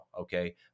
okay